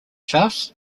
shafts